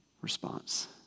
response